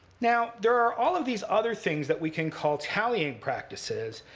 now, there are all of these other things that we can call tallying practices.